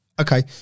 Okay